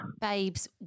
Babes